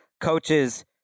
coaches